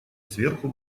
сверху